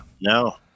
No